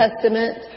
Testament